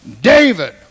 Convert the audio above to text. David